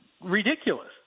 ridiculous